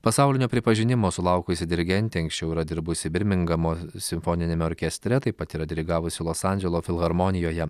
pasaulinio pripažinimo sulaukusi dirigentė anksčiau yra dirbusi birmingamo simfoniniame orkestre taip pat yra dirigavusi los andželo filharmonijoje